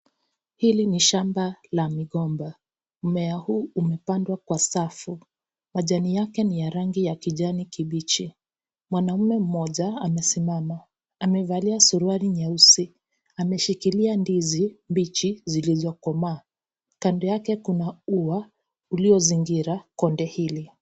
Hili ni shamba la migomba, mmea huu umepandwa kwa safu, majani yake ni ya rangi ya kijani kibichi, mwanamme mmoja anasimama amevalia suruali nyeusi ameshikilia ndizi mbichi zilizokomaa. Kando yake kuna uwa uliozingira konde hili.